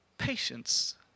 Patience